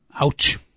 Ouch